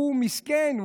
הוא מסכן,